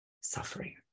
suffering